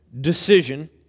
decision